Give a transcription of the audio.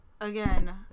again